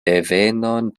devenon